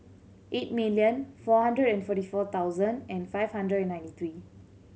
eight million four hundred and forty four thousand and five hundred and ninety three